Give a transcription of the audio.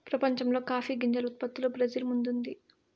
ప్రపంచంలో కాఫీ గింజల ఉత్పత్తిలో బ్రెజిల్ ముందుంది